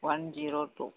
one zero two